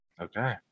Okay